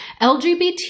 LGBT